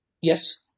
Yes